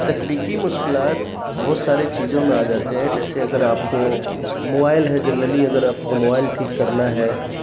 تکنیکی مشکلات بہت سارے چیزوں میں آ جاتے ہیں جیسے اگر آپ کو موبائل ہے جنرلی اگر آپ کو موبائل ٹھیک کرنا ہے